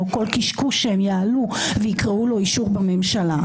או כל קשקוש שהם יעלו ויקראו לו "אישור בממשלה",